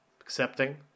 Accepting